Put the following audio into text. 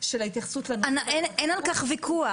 וההתייחסות לנושא --- אין על כך ויכוח.